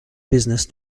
business